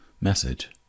message